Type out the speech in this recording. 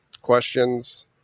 questions